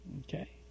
Okay